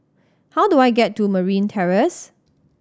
how do I get to Marine Terrace